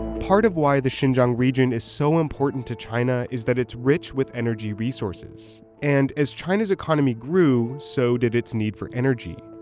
part of why the xinjiang region is so important to china is that it's rich with energy resources. and as china's economy grew, so did its need for energy.